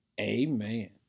amen